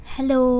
Hello